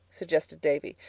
suggested davy.